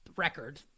Record